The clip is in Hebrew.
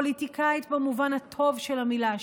פוליטיקאית במובן הטוב של המילה,